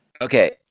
Okay